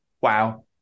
wow